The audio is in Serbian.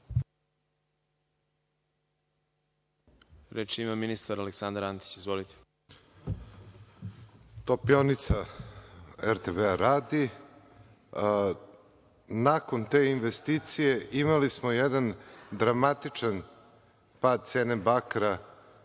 Reč ima ministar Aleksandar Antić. **Aleksandar Antić** Topionica RTB Bor radi. Nakon te investicije imali smo jedan dramatičan pad cene bakra